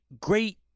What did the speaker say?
great